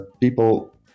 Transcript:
people